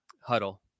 huddle